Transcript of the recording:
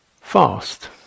fast